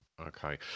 Okay